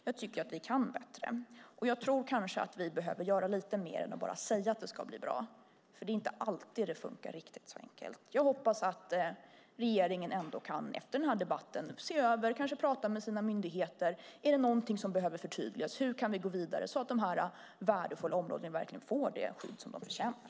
Jag tycker att vi kan bättre. Vi behöver göra mer än att säga att det ska bli bra, för det är inte alltid det går så enkelt. Jag hoppas att regeringen efter denna debatt kan se över detta och kanske höra med sina myndigheter om det är något som behöver förtydligas och hur man kan gå vidare så att dessa värdefulla områden får det skydd de förtjänar.